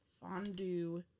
Fondue